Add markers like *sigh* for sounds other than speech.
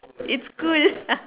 it's cool *laughs*